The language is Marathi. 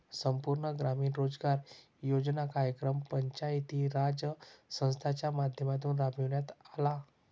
संपूर्ण ग्रामीण रोजगार योजना कार्यक्रम पंचायती राज संस्थांच्या माध्यमातून राबविण्यात आला